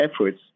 efforts